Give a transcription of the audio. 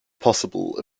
possible